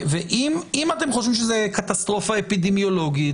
אם אתם חושבים שזו קטסטרופה אפידמיולוגית,